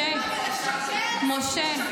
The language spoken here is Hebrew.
משה.